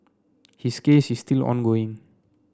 his case is still ongoing